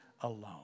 alone